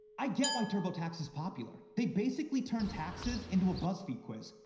i get why turbotax is popular. they basically turn taxes into a buzzfeed quiz.